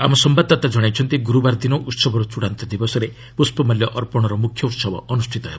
ଆମ ସମ୍ବାଦଦାତା ଜଣାଇଛନ୍ତି ଗୁରୁବାର ଦିନ ଉତ୍ସବର ଚୃଡ଼ାନ୍ତ ଦିବସରେ ପୁଷ୍ପମାଲ୍ୟ ଅର୍ପଣର ମୁଖ୍ୟ ଉହବ ଅନୁଷ୍ଠିତ ହେବ